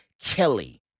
Kelly